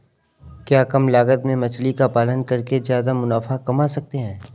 क्या कम लागत में मछली का पालन करके ज्यादा मुनाफा कमा सकते हैं?